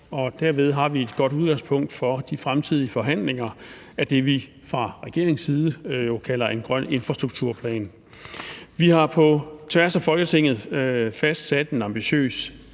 derved har vi et godt udgangspunkt for de fremtidige forhandlinger af det, vi fra regeringens side kalder en grøn infrastrukturplan. Vi har på tværs af Folketinget fastsat en ambitiøs